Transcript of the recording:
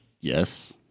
Yes